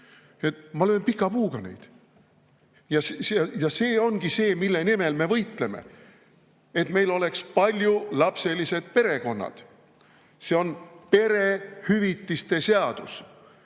Ma löön pika puuga neid. Ja see ongi see, mille nimel me võitleme – et meil oleksid paljulapselised perekonnad. See on perehüvitiste seadus.